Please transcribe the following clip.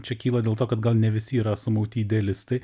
čia kyla dėl to kad gal ne visi yra sumauti idealistai